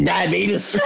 Diabetes